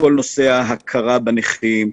עולה שם כל נושא ההכרה בנכים,